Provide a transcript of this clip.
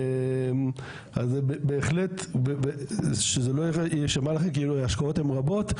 אז זה בהחלט שלא יישמע לכם כאילו ההשקעות הן רבות,